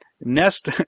Nest